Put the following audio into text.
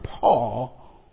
Paul